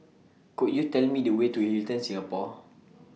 Could YOU Tell Me The Way to Hilton Singapore